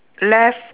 left